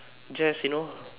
just you know